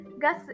gas